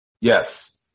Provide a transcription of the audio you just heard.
Yes